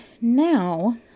now